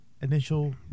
Initial